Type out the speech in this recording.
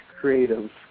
creative